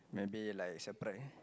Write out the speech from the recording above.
maybe like separate